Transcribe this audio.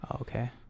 Okay